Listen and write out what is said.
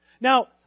Now